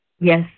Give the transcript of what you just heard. yes